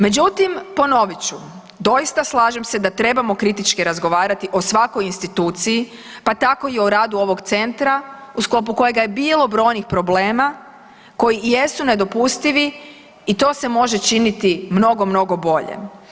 Međutim, ponovit ću doista slažem se da trebamo kritički razgovarati o svakoj instituciji pa tako i o radu ovog centra u sklopu kojega je bilo brojnih problema koji jesu nedopustivi i to se može činiti mnogo, mnogo bolje.